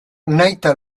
nahita